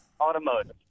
Automotive